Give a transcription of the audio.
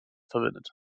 verwendet